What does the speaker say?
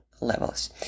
levels